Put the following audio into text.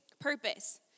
purpose